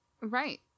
Right